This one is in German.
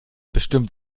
bestimmt